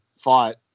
fought